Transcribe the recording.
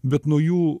bet nuo jų